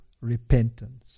repentance